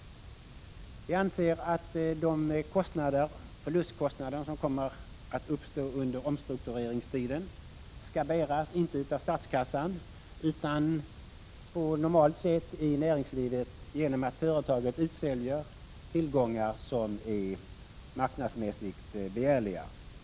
Vi anser att de förlustkostnader som kommer att uppstå under omstruktureringstiden skall bäras inte av statskassan utan på i näringslivet normalt sätt genom att företaget utsäljer tillgångar som är marknadsmässigt begärliga.